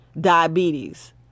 Diabetes